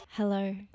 hello